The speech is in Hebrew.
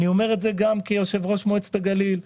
אני אומר את זה גם כיושב-ראש מועצת הגליל,